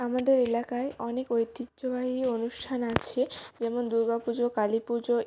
আমাদের এলাকায় অনেক ঐতিহ্যবাহী অনুষ্ঠান আছে যেমন দুর্গা পুজো কালী পুজো